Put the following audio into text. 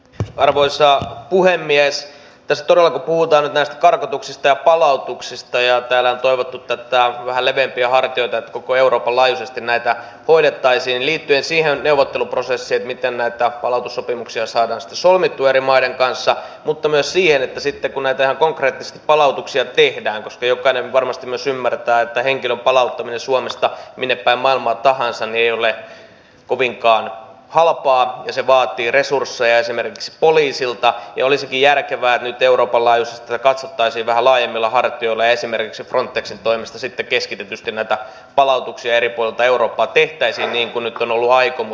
tässä todella kun puhutaan nyt näistä karkotuksista ja palautuksista ja täällä on toivottu vähän leveämpiä hartioita että koko euroopan laajuisesti näitä hoidettaisiin liittyen siihen neuvotteluprosessiin miten näitä palautussopimuksia saadaan sitten solmittua eri maiden kanssa mutta myös siihen että sitten kun ihan konkreettisesti näitä palautuksia tehdään koska jokainen varmasti myös ymmärtää että henkilön palauttaminen suomesta minnepäin maailmaa tahansa ei ole kovinkaan halpaa ja se vaatii resursseja esimerkiksi poliisilta niin olisikin järkevää nyt että tätä katsottaisiin euroopan laajuisesti vähän laajemmilla hartioilla ja esimerkiksi frontexin toimesta sitten keskitetysti näitä palautuksia eri puolilta eurooppaa tehtäisiin niin kuin nyt on ollut aikomus